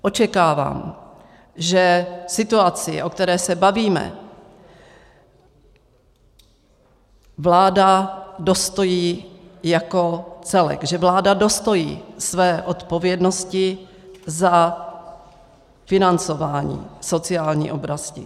Očekávám, že situaci, o které se bavíme, vláda dostojí jako celek, že vláda dostojí své odpovědnosti za financování v sociální oblasti.